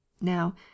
Now